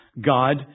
God